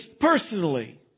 personally